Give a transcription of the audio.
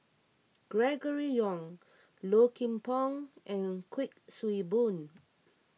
Gregory Yong Low Kim Pong and Kuik Swee Boon